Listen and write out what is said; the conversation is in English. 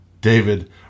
David